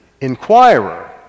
inquirer